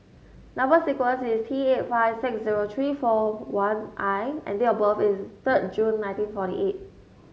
number sequence is T eight five six zero three four one I and date of birth is third June nineteen forty eight